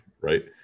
right